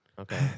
Okay